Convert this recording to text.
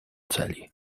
celi